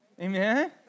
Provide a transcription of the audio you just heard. Amen